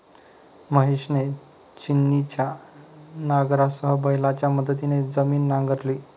महेशने छिन्नीच्या नांगरासह बैलांच्या मदतीने जमीन नांगरली